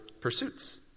pursuits